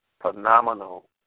phenomenal